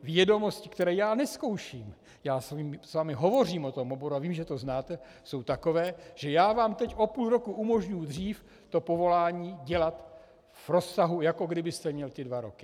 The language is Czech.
Vědomosti, které já nezkouším já s vámi hovořím o tom oboru a vím, že to znáte , jsou takové, že vám teď o půl roku umožním dřív to povolání dělat v rozsahu, jako kdybyste měl ty dva roky.